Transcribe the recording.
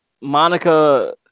Monica